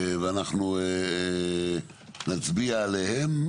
ואנחנו נצביע עליהן.